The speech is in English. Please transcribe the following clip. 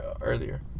earlier